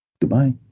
Goodbye